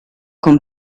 con